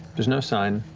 there's no sign